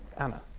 anna